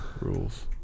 Rules